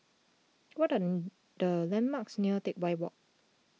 what are the landmarks near Teck Whye Walk